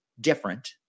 different